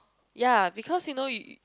ya because you know you